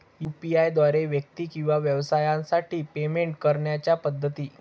UPI द्वारे व्यक्ती किंवा व्यवसायांसाठी पेमेंट करण्याच्या पद्धती